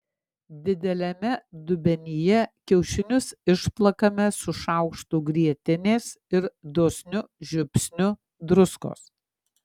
dideliame dubenyje kiaušinius išplakame su šaukštu grietinės ir dosniu žiupsniu druskos